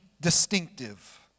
distinctive